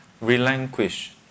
relinquish